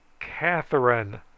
Catherine